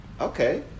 Okay